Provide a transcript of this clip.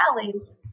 valleys